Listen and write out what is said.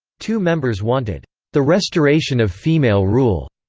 two members wanted the restoration of female rule,